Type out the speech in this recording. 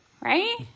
Right